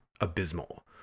abysmal